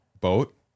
boat